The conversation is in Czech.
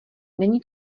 není